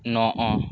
ନଅ